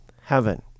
heaven